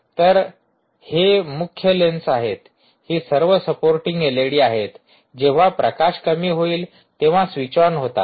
तर हे मुख्य लेन्स आहेत ही सर्व सपोर्टींग एलईडी आहेत जेंव्हा प्रकाश कमी होईल तेंव्हा स्विच ऑन होतात